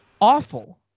awful